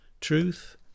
Truth